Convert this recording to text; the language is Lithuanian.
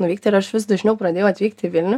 nuvykti ir aš vis dažniau pradėjau atvykti į vilnių